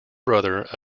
brother